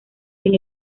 sin